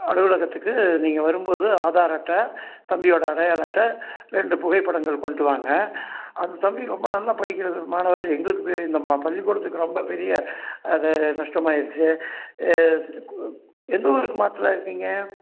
அலுவலகத்துக்கு நீங்கள் வரும்போது ஆதார் அட்டை தம்பியோடய அடையாள அட்டை ரெண்டு புகைப்படங்கள் கொண்டுட்டு வாங்க அந்த தம்பி ரொம்ப நல்லா படிக்கிற மாணவர் எங்களுக்கு பே இந்த மா பள்ளிக்கூடத்துக்கு ரொம்ப பெரிய அது நஷ்டமாயிடுச்சி ஏ எந்த ஊருக்கு மாத்துறதாக இருக்கீங்க